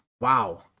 Wow